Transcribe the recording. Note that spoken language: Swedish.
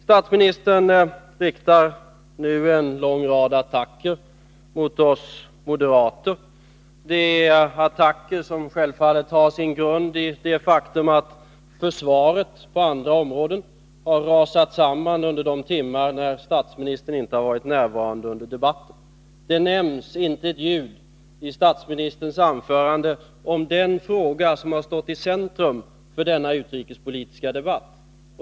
Statsministern riktar en lång rad attacker mot oss moderater. Dessa attacker har självfallet sin grund i det faktum att försvaret på andra områden har rasat samman under de timmar av debatten som statsministern inte varit närvarande. Inte ett ljud hörs i statsministerns anförande när det gäller den fråga som har stått i centrum för denna utrikespolitiska debatt.